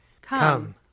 Come